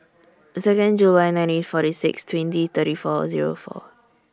Second July nineteen forty six twenty thirty four Zero four